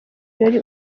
jolly